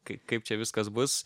kai kaip čia viskas bus